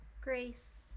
grace